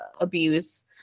abuse